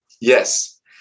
Yes